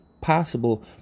possible